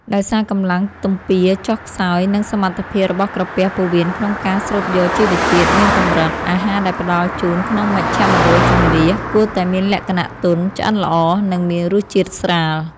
ដោយសារកម្លាំងទំពារចុះខ្សោយ និងសមត្ថភាពរបស់ក្រពះពោះវៀនក្នុងការស្រូបយកជីវជាតិមានកម្រិត អាហារដែលផ្តល់ជូនក្នុងមជ្ឈមណ្ឌលជម្លៀសគួរតែមានលក្ខណៈទន់ ឆ្អិនល្អ និងមានរសជាតិស្រាល។